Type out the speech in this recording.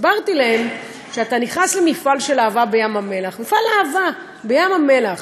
הסברתי להם שאתה נכנס למפעל "אהבה" בים-המלח,